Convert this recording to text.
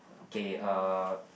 okay uh